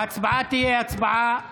ההצבעה תהיה הצבעה שמית.